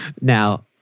Now